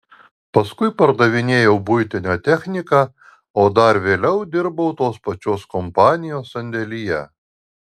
paskui pardavinėjau buitinę techniką o dar vėliau dirbau tos pačios kompanijos sandėlyje